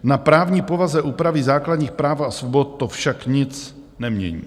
Na právní povaze úpravy základních práv a svobod to však nic nemění.